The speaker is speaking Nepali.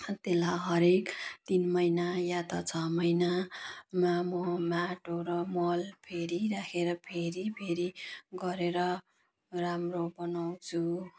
त्यसलाई हरेक तिन महिना या त छ महिनामा म माटो र मल फेरि राखेर फेरि फेरि गरेर राम्रो बनाउँछु